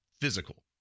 physical